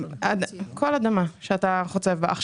כל אדמה שאתה חוצב בה.